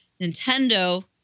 Nintendo